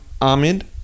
Ahmed